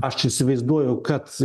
aš įsivaizduoju kad